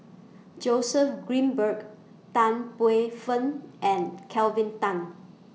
Joseph Grimberg Tan Paey Fern and Kelvin Tan